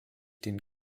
den